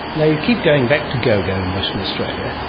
yeah you keep going back to gogo in western australia,